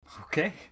Okay